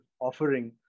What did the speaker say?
offering